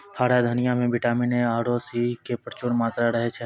हरा धनिया मॅ विटामिन ए आरो सी के प्रचूर मात्रा रहै छै